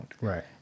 Right